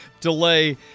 delay